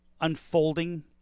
unfolding